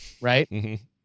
right